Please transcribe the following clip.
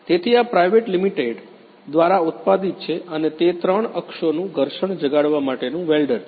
તેથી આ private limited દ્વારા ઉત્પાદિત છે અને તે ત્રણ અક્ષોનું ઘર્ષણ જગાડવા માટેનું વેલ્ડર છે